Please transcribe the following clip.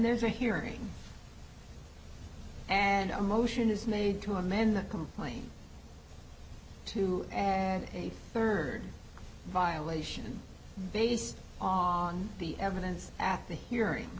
there's a hearing and a motion is made to amend the complaint to a third violation based on the evidence at the hearing